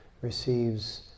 receives